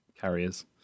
carriers